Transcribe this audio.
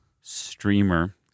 streamer